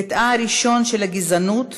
חטאה הראשון של הגזענות,